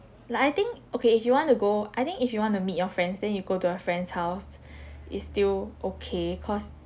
like I think okay if you want to go I think if you want to meet your friends then you go to your friend's house is still okay cause